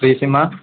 free sim